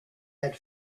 had